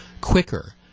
quicker